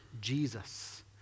Jesus